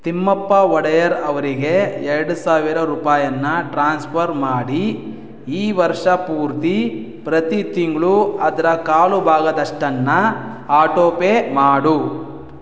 ತಿಮ್ಮಪ್ಪ ಒಡೆಯರ್ ಅವರಿಗೆ ಎರಡು ಸಾವಿರ ರೂಪಾಯಿಯನ್ನ ಟ್ರಾನ್ಸ್ಫರ್ ಮಾಡಿ ಈ ವರ್ಷ ಪೂರ್ತಿ ಪ್ರತಿ ತಿಂಗಳೂ ಅದರ ಕಾಲು ಭಾಗದಷ್ಟನ್ನು ಆಟೋಪೇ ಮಾಡು